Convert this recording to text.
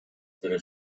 деле